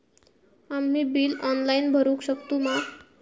आम्ही bill online भरुक शकतू मा?